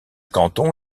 canton